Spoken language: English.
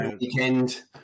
weekend